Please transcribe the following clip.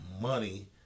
money